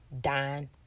dying